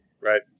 right